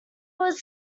was